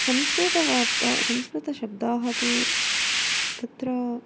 संस्कृतवार्ता संस्कृतशब्दाः तु तत्र